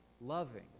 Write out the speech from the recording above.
loving